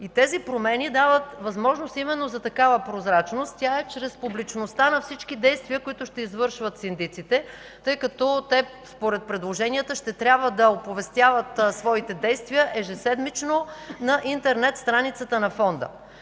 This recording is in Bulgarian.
и тези промени дават възможност именно за такава прозрачност. Тя е чрез публичността на всички действия, които ще извършват синдиците, тъй като те според предложенията ще трябва да оповестяват своите действия ежеседмично на интернет страницата на Фонда.